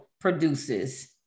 produces